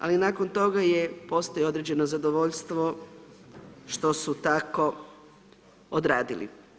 Ali nakon toga je, postoji određeno zadovoljstvo što su tako odradili.